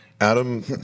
Adam